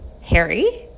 Harry